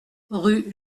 rue